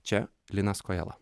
čia linas kojala